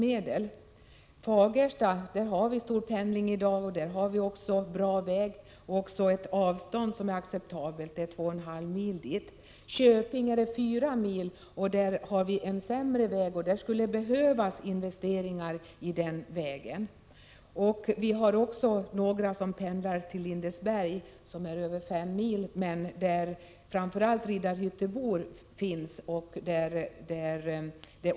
Till Fagersta pendlas det mycket i dag, och dit har vi bra väg"och ett avstånd som är acceptabelt, 2,5 mil. Till Köping är det 4 mil och en sämre väg, och det skulle behövas investeras i den vägen. En del pendlar också till Lindesberg, dit det är över 5 mil. Det är framför allt riddarhyttebor som pendlar dit.